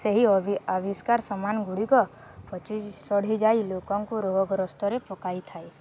ସେହିଭଳି ଆବିଷ୍କାର ସାମାନଗୁଡ଼ିକ ପଚି ସଢ଼ିଯାଇ ଲୋକଙ୍କୁ ରୋଗଗ୍ରସ୍ତରେ ପକାଇଥାଏ